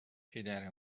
پدر